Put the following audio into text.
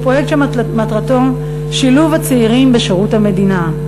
פרויקט שמטרתו שילוב צעירים בשירות המדינה,